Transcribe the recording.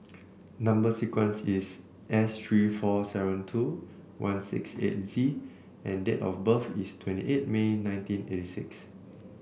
number sequence is S three four seven two one six eight Z and date of birth is twenty eight May nineteen eighty six